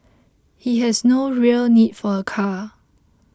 he has no real need for a car